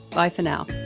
bye for now